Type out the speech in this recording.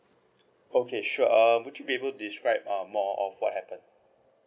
okay sure um would you be able describe um more of what happened